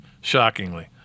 shockingly